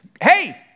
Hey